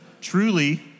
Truly